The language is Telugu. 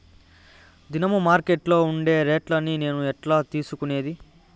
దినము మార్కెట్లో ఉండే రేట్లని నేను ఎట్లా తెలుసుకునేది?